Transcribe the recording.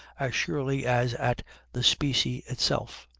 as surely as at the specie itself.